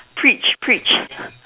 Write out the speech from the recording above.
preach preach